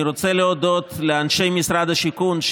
אני רוצה להודות לאנשי משרד השיכון,